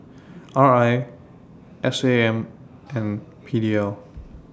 R I S A M and P D L